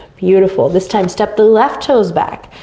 beautiful, this time step the left toes back.